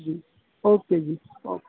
ਜੀ ਓਕੇ ਜੀ ਓਕੇ